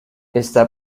está